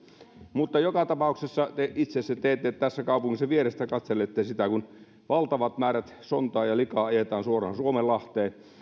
mutta joka tapauksessa te itse sen teette ja tässä kaupungissa vierestä katselette sitä kun valtavat määrät sontaa ja likaa ajetaan suoraan suomenlahteen